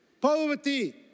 poverty